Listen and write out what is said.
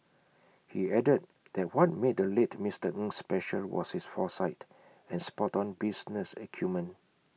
he added that what made the late Mister Ng special was his foresight and spoton business acumen